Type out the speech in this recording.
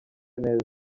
neza